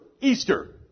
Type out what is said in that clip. Easter